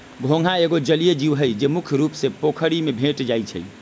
घोंघा एगो जलिये जीव हइ, जे मुख्य रुप से पोखरि में भेंट जाइ छै